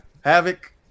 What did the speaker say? Havoc